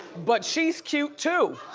but she's cute too.